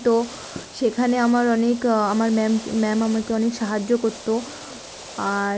তো সেখানে আমার অনেক আমার ম্যামকে ম্যাম আমাকে অনেক সাহায্য করতো আর